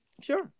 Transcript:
Sure